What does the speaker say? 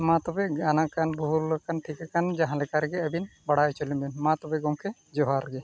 ᱢᱟᱛᱚᱵᱮ ᱜᱟᱱᱟᱠᱟᱱ ᱵᱷᱩᱞᱟᱠᱟᱱ ᱴᱷᱤᱠᱟᱠᱟᱱ ᱡᱟᱦᱟᱸ ᱞᱮᱠᱟᱨᱮᱜᱮ ᱟᱹᱵᱤᱱ ᱵᱟᱲᱟᱭ ᱦᱚᱪᱚᱞᱤᱧᱵᱮᱱ ᱢᱟ ᱛᱚᱵᱮ ᱜᱚᱢᱠᱮ ᱡᱚᱦᱟᱨᱜᱮ